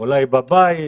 אולי בבית,